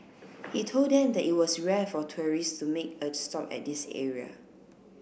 he told them that it was rare for tourists to make a stop at this area